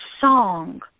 song